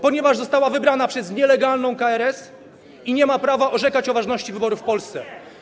Ponieważ została wybrana przez nielegalną KRS i nie ma prawa orzekać o ważności wyborów w Polsce.